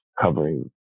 covering